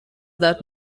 that